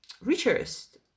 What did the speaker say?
richest